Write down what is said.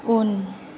उन